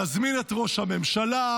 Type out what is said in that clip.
נזמין את ראש הממשלה,